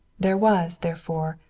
there was, therefore,